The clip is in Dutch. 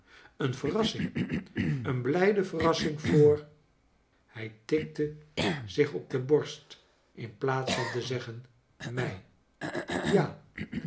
een verrassing een blijde verrassing voor hij tikte zich op de borst in plaats van te zeggen jmij ja